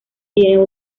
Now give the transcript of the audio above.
tiene